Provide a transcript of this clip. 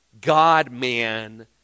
God-man